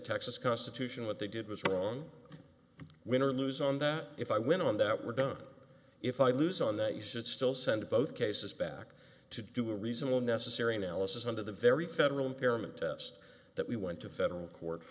texas constitution what they did was wrong win or lose on that if i went on that were done if i lose on that you should still send both cases back to do a reasonable necessary analysis under the very federal impairment test that we went to federal court